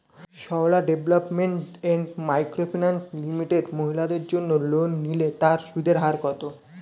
Sarala development and micro finance limited মহিলাদের জন্য loan নিলে তার সুদের হার কত?